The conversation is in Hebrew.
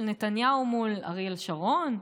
של נתניהו מול אריאל שרון,